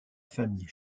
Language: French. famille